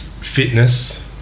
fitness